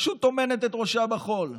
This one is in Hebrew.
פשוט טומנת את ראשה בחול,